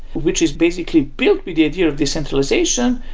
which is basically built with the idea of decentralization,